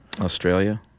Australia